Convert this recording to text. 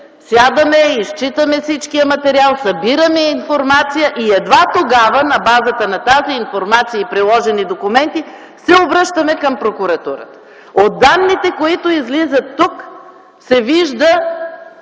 сядаме, изчитаме всичкия материал, събираме информация и едва тогава, на базата на тази информация и приложените документи, се обръщаме към Прокуратурата. От данните, които излизат тук, се вижда